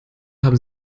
haben